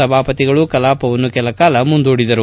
ಸಭಾಪತಿಗಳು ಕಲಾಪವನ್ನು ಕೆಲ ಕಾಲ ಮುಂದೂಡಿದರು